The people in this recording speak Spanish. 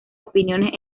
opiniones